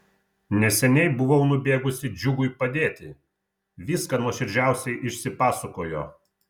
neseniai buvau nubėgusi džiugui padėti viską nuoširdžiausiai išsipasakojo